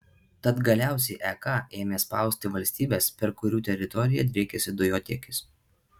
tad galiausiai ek ėmė spausti valstybes per kurių teritoriją driekiasi dujotiekis